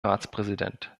ratspräsident